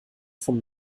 vom